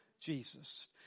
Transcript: Jesus